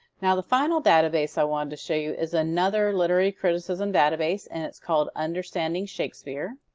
now the final database i wanted to show you is another literary criticism database. and it's called understanding shakespeare.